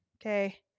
Okay